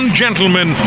gentlemen